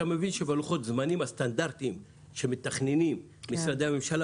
אתה מבין שלוחות הזמנים הסטנדרטיים שמתכננים משרדי הממשלה